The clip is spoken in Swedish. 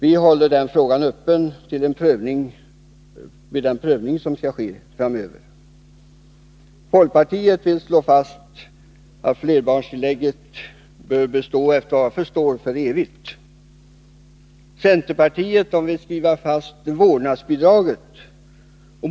Vi håller den frågan öppen inför den prövning som skall ske. Folkpartiet vill efter vad jag förstår slå fast att flerbarnstillägget skall bestå för evigt. Centerpartiet vill skriva fast vårdnadsbidraget.